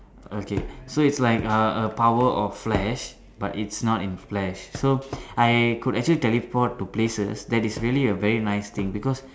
okay so its like uh a power of flash but its not in flash so I could actually teleport to places that is really a very nice thing because